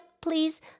please